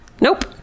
Nope